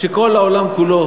כשכל העולם כולו,